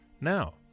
Now